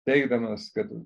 teigdamas kad